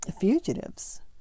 fugitives